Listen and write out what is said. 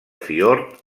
fiord